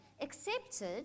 accepted